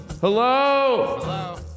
Hello